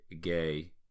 gay